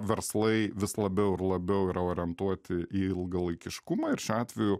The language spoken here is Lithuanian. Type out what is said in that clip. verslai vis labiau ir labiau yra orientuoti į ilgalaikiškumą ir šiuo atveju